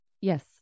Yes